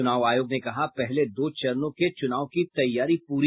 चुनाव आयोग ने कहा पहले दो चरणों के चुनाव की तैयारी पूरी